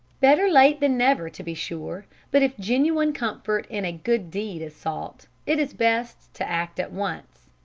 better late than never, to be sure but if genuine comfort in a good deed is sought, it is best to act at once.